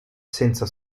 senza